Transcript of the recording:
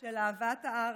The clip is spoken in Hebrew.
של אהבת הארץ,